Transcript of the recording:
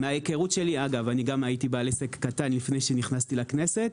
מההיכרות שלי גם הייתי בעל עסק קטן מאוד לפני שנכנסתי לכנסת